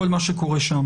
כל מה שקורה שם.